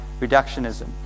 reductionism